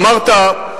אמרת,